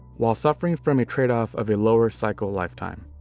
while suffering from a tradeoff of a lower cycle lifetime.